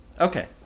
Okay